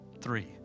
three